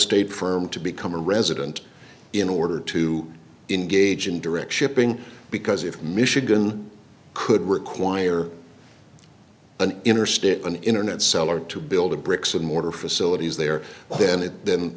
state firm to become a resident in order to engage in direct shipping because if michigan could require an interstate an internet seller to build a bricks and mortar facilities there then it th